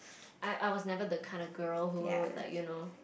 I I was never the kind of girl who like you know